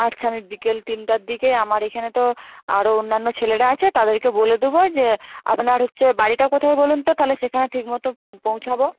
আচ্ছা আমি বিকেল তিনটের দিকে আমার এখানে তো আরও অন্যান্য ছেলেরা আছে তাদেরকে বলে দেবো যে আপনার হচ্ছে বাড়িটা কোথায় বলুন তো তাহলে সেখানে ঠিকমতো পৌঁছাব